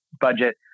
budget